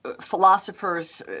philosophers